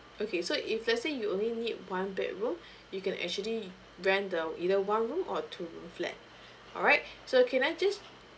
okay so if let's say you only need one bedroom you can actually rent the either one room or two room flat alright so can I just